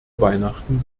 weihnachten